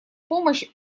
помощь